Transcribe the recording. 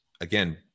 again